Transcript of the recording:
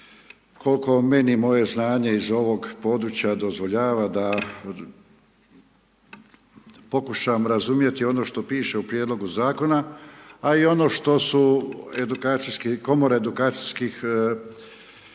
kolko meni moje znanje iz ovog područja dozvoljava da pokušam razumjeti ono što piše u prijedlogu zakona a i ono što su edukacijski komore